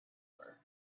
her